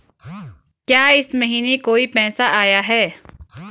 क्या इस महीने कोई पैसा आया है?